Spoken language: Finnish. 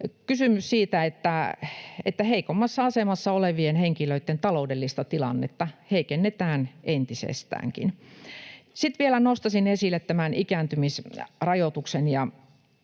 kysymys siitä, että heikommassa asemassa olevien henkilöitten taloudellista tilannetta heikennetään entisestäänkin. Sitten vielä nostaisin esille tämän ikääntymisrajoituksen.